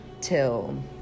till